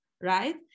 right